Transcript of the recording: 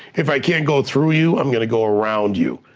if i can't go through you, i'm gonna go around you,